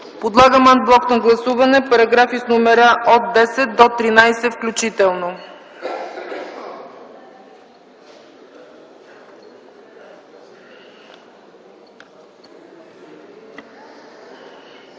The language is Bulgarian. Подлагам ан блок на гласуване параграфи с номера от 10 до 13 включително.